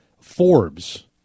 Forbes